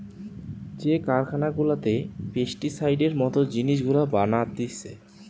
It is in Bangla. যে কারখানা গুলাতে পেস্টিসাইডের মত জিনিস গুলা বানাতিছে